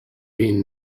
been